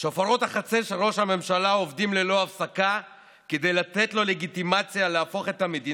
השעה הזאת בלילה כדי לחוקק את החוק